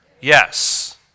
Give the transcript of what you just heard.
yes